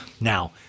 Now